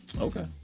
Okay